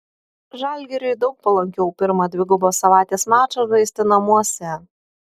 žalgiriui daug palankiau pirmą dvigubos savaitės mačą žaisti namuose